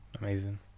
Amazing